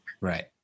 Right